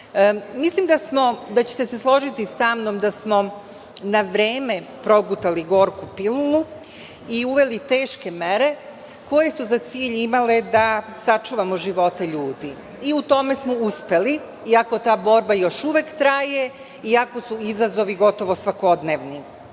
da ćete se složiti sa mnom da smo na vreme progutali gorku pilulu i uveli teške mere koje su za cilj imale da sačuvamo živote ljudi i u tome smo uspeli, iako ta borba još uvek traje, iako su izazovi svakodnevni. Moja